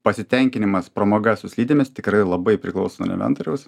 pasitenkinimas pramoga su slidėmis tikrai labai priklauso ne inventoriaus